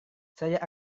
saya